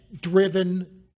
driven